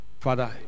Father